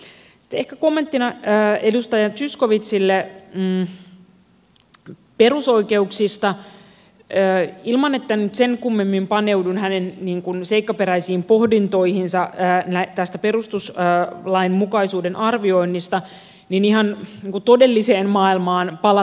sitten ehkä kommenttina edustaja zyskowiczille perusoikeuksista ilman että nyt sen kummemmin paneudun hänen seikkaperäisiin pohdintoihinsa tästä perustuslainmukaisuuden arvioinnista ja todelliseen maailman palataksemme